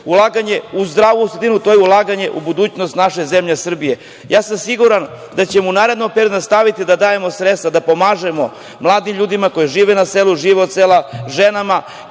ulaganje u zdravu sredinu, to je ulaganje u budućnost naše zemlje Srbije. Ja sam siguran da ćemo u narednom periodu nastaviti da dajemo sredstva, da pomažemo mladim ljudima koji žive na selu, žive od sela, ženama